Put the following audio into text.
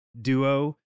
duo